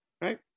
right